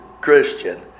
christian